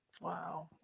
Wow